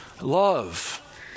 love